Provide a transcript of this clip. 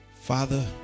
Father